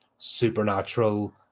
supernatural